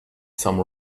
some